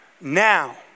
Now